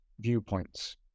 viewpoints